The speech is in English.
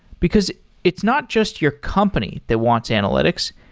because it's not just your company that wants analytics.